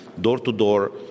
door-to-door